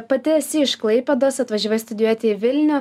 pati esi iš klaipėdos atvažiavai studijuoti į vilnių